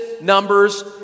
Numbers